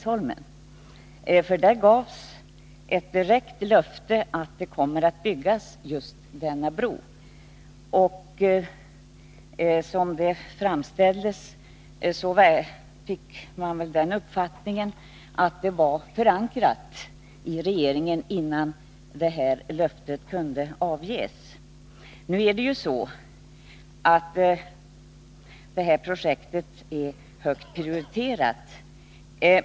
Han gav ett direkt löfte om att just denna bro skulle byggas. Man fick väl också den uppfattningen att löftet var förankrat i regeringen. Detta projekt är högt prioriterat.